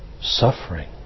suffering